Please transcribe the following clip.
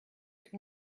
que